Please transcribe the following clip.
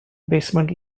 basement